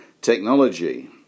technology